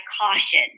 caution